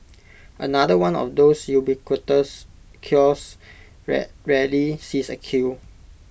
another one of those ubiquitous kiosks that rarely sees A queue